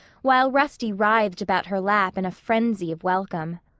while rusty writhed about her lap in a frenzy of welcome.